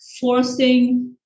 forcing